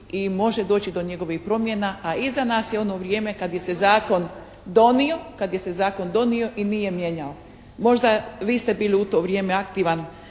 i može doći do njegovih promjena, a iza nas je ono vrijeme kad bi se zakon donio i nije mijenjao. Možda vi ste bili u to vrijeme aktivan